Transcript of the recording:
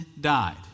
died